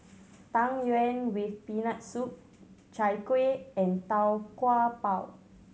Tang Yuen with Peanut Soup Chai Kueh and Tau Kwa Pau